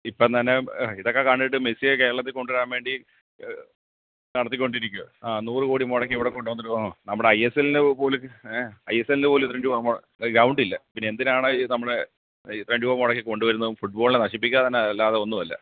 ഇപ്പം തന്നെ ഇതൊക്കെ കണ്ടിട്ട് മെസ്സിയെ കേരളത്തിൽ കൊണ്ടു വരാൻ വേണ്ടി നടത്തിക്കൊണ്ടിരിക്കുകയാന് അ നൂറ് കോടി മുടക്കി ഇവിടെ കൊണ്ടെന്നിട്ട് വേണം നമ്മുടെ ഐ എസ് എല്ലിന് പോലും എ ഐ എസ് എല്ലിന് പോലും ഒരു ഗ്രൗണ്ടില്ല പിന്നെ എന്തിനാണ് നമ്മളെ ഇത്രയും രൂപ മുടക്കി കൊണ്ടു വരുന്നതും ഫുട് ബോളിനെ നശിപ്പിക്കാൻ തന്നെ അല്ലാതെ ഒന്നുമല്ല